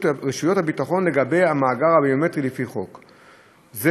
הביטחון לגבי המאגר הביומטרי לפי חוק זה,